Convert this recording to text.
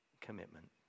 Commitment